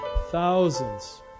thousands